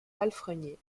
palefreniers